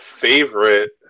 favorite